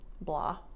blah